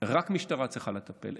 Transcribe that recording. רק המשטרה צריכה לטפל,